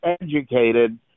educated